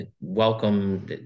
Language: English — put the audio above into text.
welcome